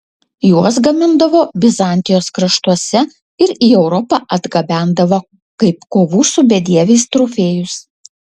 juos gamindavo bizantijos kraštuose ir į europą atgabendavo kaip kovų su bedieviais trofėjus